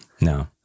No